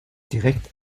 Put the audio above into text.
direkt